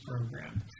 program